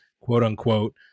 quote-unquote